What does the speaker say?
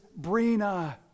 Brina